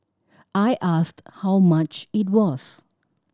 I asked how much it was